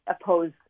oppose